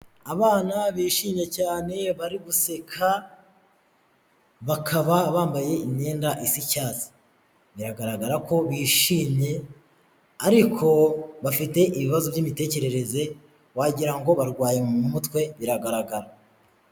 Abana bishimye cyane bari guseka bakaba bambaye imyenda isa icyatsi. Biragaragara ko bishimye ariko bafite ibibazo by'imitekerereze, wagirango ngo barwaye mu mutwe biragaragara.